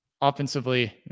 offensively